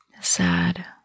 sad